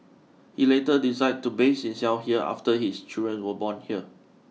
he later decided to base himself here after his children were born here